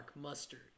mustard